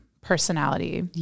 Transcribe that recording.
personality